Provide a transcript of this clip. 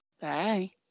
Bye